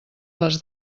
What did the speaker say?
les